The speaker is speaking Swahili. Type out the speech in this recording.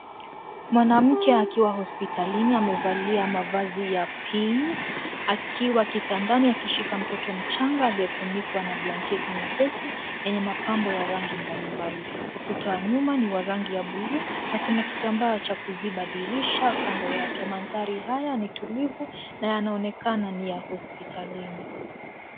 Mwanamke akiwa hospitalini amevalia mavazi ya pinki akiwa kitandani akishika mtoto mchanga aliyefunikwa na blanketi nyepesi yenye mapambo ya rangi mbalimbali. Ukuta wa nyuma ni wa rangi ya bluu na kuna kitambaa cha kuziba dirisha kando yake. Maandhari haya ni tulivu na yanaonekana ni ya hospitalini.